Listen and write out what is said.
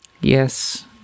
Yes